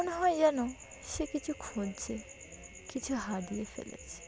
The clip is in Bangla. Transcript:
মনে হয় যেন সে কিছু খুঁজছে কিছু হারিয়ে ফেলেছে